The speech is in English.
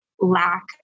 lack